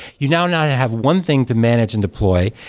you now now have one thing to manage and deploy,